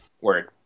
Word